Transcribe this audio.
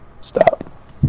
Stop